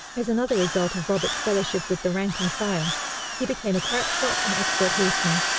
as another result of roberts' fellowship with the rank and file he became a crack shot and expert horseman.